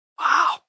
Wow